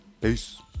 Peace